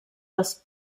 das